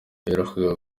yaherukaga